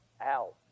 out